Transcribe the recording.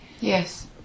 Yes